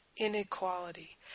inequality